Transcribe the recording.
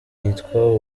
yitwa